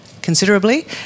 Considerably